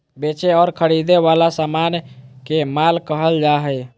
बेचे और खरीदे वला समान के माल कहल जा हइ